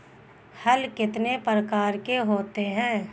हल कितने प्रकार के होते हैं?